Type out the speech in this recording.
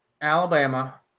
Alabama